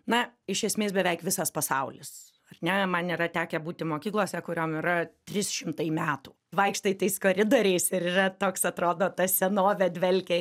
na iš esmės beveik visas pasaulis ar ne man yra tekę būti mokyklose kuriom yra trys šimtai metų vaikštai tais koridoriais ir yra toks atrodo ta senove dvelkia